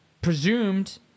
presumed